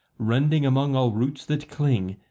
rending among all roots that cling,